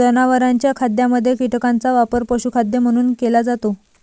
जनावरांच्या खाद्यामध्ये कीटकांचा वापर पशुखाद्य म्हणून केला जातो